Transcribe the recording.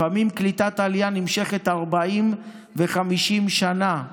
לפעמים קליטת עלייה נמשכת 40 ו-50 שנה.